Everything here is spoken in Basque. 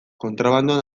kontrabandoan